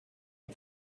est